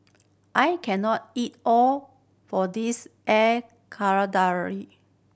I can not eat all for this Air Karthira